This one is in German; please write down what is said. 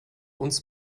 uns